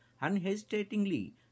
unhesitatingly